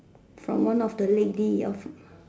from one of the lady of